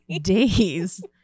days